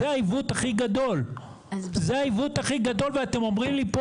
העיוות הכי גדול ואתם אומרים לי פה